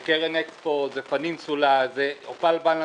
זה קרן אקספו, זה "פנינסולה", זה "אופל בלאנס".